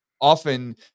often